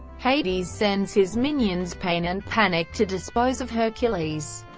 hades sends his minions pain and panic to dispose of hercules.